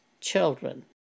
children